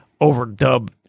overdub